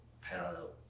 parallel